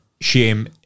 shame